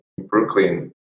Brooklyn